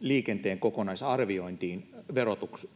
liikenteen kokonaisarviointiin